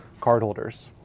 cardholders